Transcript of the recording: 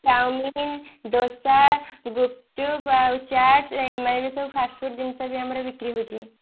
chowmein dosa ଗୁପଚୁପ ଆଉ ଚାଟ୍ ଏମାନେ ବି ସବୁ ଫାଷ୍ଟଫୁଡ୍ ଜିନିଷ ବି ଆମର ବିକ୍ରି ହଉଛି